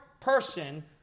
person